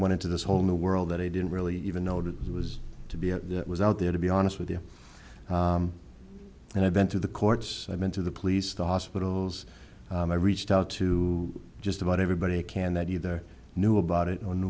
went into this whole new world that i didn't really even know it was to be it that was out there to be honest with you and i've been through the courts i've been to the police the hospitals i reached out to just about everybody can that either knew about it o